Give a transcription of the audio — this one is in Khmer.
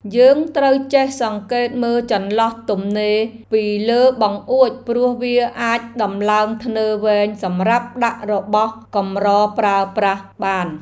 យើងត្រូវចេះសង្កេតមើលចន្លោះទំនេរពីលើបង្អួចព្រោះវាអាចដំឡើងធ្នើរវែងសម្រាប់ដាក់របស់កម្រប្រើប្រាស់បាន។